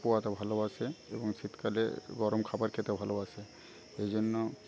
পোয়াতে ভালোবাসে এবং শীতকালে গরম খাবার খেতে ভালোবাসে এই জন্য